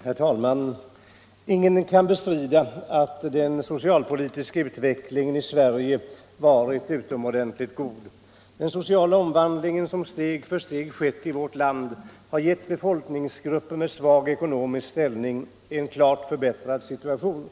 / Herr talman! Ingen kan bestrida att den socialpolitiska utvecklingen i Sverige varit utomordentligt god. Den sociala omvandling som steg för steg skett i vårt land har gett befolkningsgrupper med svag ekonomisk ställning en klart förbättrad situation.